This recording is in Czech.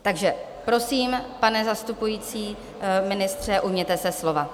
Takže prosím, pane zastupující ministře, ujměte se slova.